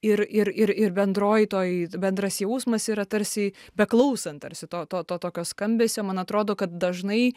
ir ir ir bendroji toj bendras jausmas yra tarsi beklausant tarsi to to tokio skambesio man atrodo kad dažnai